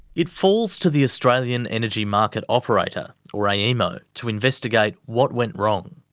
it falls to the australian energy market operator or aemo to investigate what went wrong.